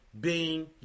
Bing